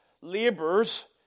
labors